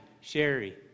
Sherry